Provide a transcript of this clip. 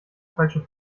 falsche